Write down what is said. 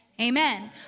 amen